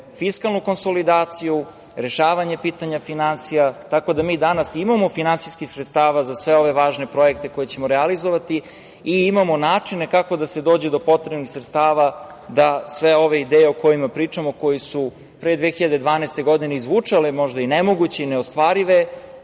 fiskalnu konsolidaciju, rešavanje pitanja finansija, tako da mi danas imamo finansijskih sredstava za sve ove važne projekte koje ćemo realizovati i imamo načine kako da se dođe do potrebnih sredstava da sve ove ideje o kojima pričamo, koje su pre 2012. godine i zvučale možda i nemoguće i neostvarive,